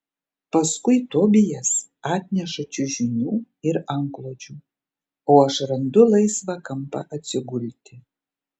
paskui tobijas atneša čiužinių ir antklodžių o aš randu laisvą kampą atsigulti